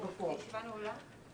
יודע.